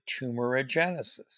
tumorigenesis